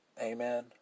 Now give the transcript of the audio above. Amen